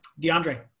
DeAndre